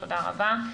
תודה רבה.